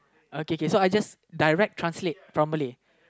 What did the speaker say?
okay K K so I just direct translate from Malay